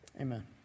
amen